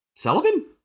Sullivan